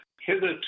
hitherto